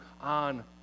on